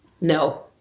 No